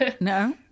No